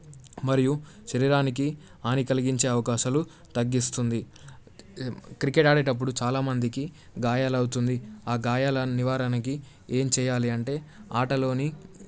మరియు శరీరానికి హాని కలిగించే అవకాశాలు తగ్గిస్తుంది క్రికెట్ ఆడేటప్పుడు చాలా మందికి గాయాలవుతుంది ఆ గాయాల నివారణకి ఏం చెయ్యాలి అంటే ఆటలోని